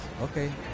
Okay